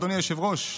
אדוני היושב-ראש.